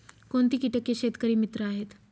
कोणती किटके शेतकरी मित्र आहेत?